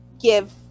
give